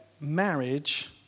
marriage